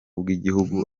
bw’igihugu